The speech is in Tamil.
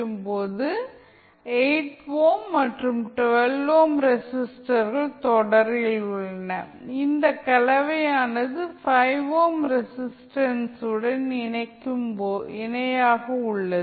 இப்போது 8 ஓம் மற்றும் 12 ஓம் ரெசிஸ்டர்கள் தொடரில் உள்ளன இந்த கலவையானது 5 ஓம் ரெஸிஸ்டன்சுக்கு இணையாக உள்ளது